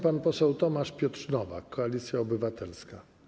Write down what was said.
Pan poseł Tomasz Piotr Nowak, Koalicja Obywatelska.